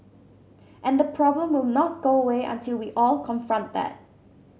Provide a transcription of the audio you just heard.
and the problem will not go away until we all confront that